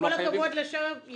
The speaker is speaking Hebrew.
עם כל הכבוד לשרף,